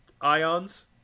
ions